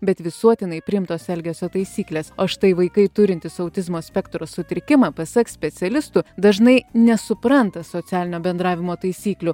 bet visuotinai priimtos elgesio taisyklės o štai vaikai turintys autizmo spektro sutrikimą pasak specialistų dažnai nesupranta socialinio bendravimo taisyklių